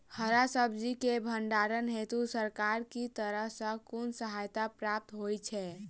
हरा सब्जी केँ भण्डारण हेतु सरकार की तरफ सँ कुन सहायता प्राप्त होइ छै?